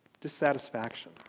dissatisfaction